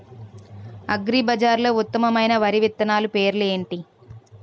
అగ్రిబజార్లో ఉత్తమమైన వరి విత్తనాలు పేర్లు ఏంటి?